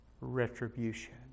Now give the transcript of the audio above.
retribution